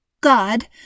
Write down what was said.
God